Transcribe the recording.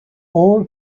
all